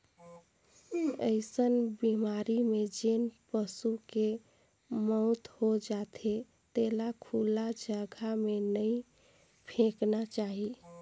अइसन बेमारी में जेन पसू के मउत हो जाथे तेला खुल्ला जघा में नइ फेकना चाही